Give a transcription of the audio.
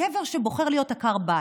הגבר בוחר להיות עקר בית,